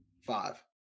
five